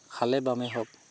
খালে বামেই হওক